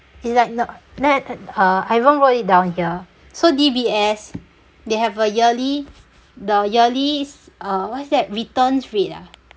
it's like the then uh I even wrote it down here so D_B_S they have a yearly the yearly uh what is that returns rate ah